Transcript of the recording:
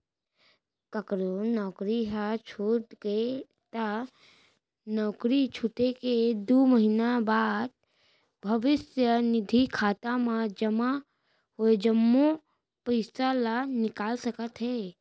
ककरो नउकरी ह छूट गे त नउकरी छूटे के दू महिना बाद भविस्य निधि खाता म जमा होय जम्मो पइसा ल निकाल सकत हे